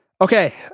Okay